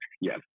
Yes